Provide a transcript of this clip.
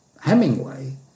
Hemingway